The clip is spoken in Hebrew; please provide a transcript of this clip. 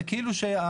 זה כאילו,